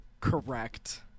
Correct